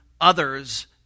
others